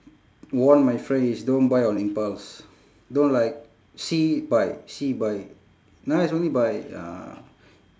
warn my friend is don't buy on impulse don't like see buy see buy nice only buy ya